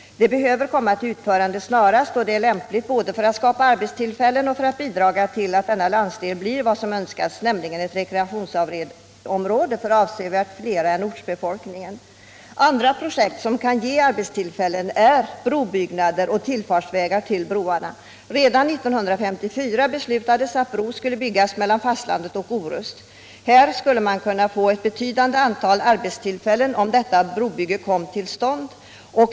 Det behöver komma till utförande snarast, och det är lämpligt både för att skapa arbetstillfällen och för att bidra till att denna landsdel blir vad som önskas, nämligen ett rekreationsområde för avsevärt flera än ortsbefolkningen. Andra projekt som kan ge arbetstillfällen är brobyggen och byggen av tillfartsvägar till broarna. Redan 1954 beslutades att bro skulle byggas mellan fastlandet och Orust. Man skulle få ett betydande antal arbetstillfällen om detta brobygge kom till stånd.